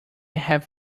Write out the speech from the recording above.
have